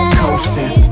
coasting